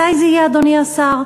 מתי זה יהיה, אדוני השר?